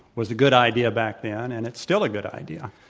was a good idea back then and it's still a good idea.